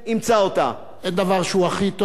אין דבר שהוא הכי טוב, אבל זה הרע במיעוטו.